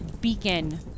beacon